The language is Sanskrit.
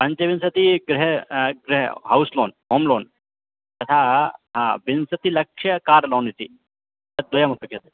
पञ्चविंशतिः गृह गृ हौस् लोन् हों लोन् तथा हा विंशतिलक्षं कार् लोन् इति तद् द्वयम् अपेक्षते